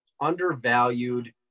undervalued